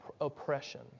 oppression